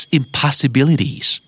impossibilities